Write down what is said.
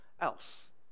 else